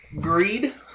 greed